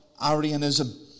Arianism